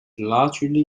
largely